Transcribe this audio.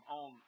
on